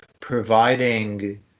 providing